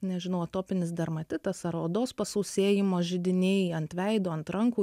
nežinau atopinis dermatitas ar odos pasausėjimo židiniai ant veido ant rankų